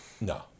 No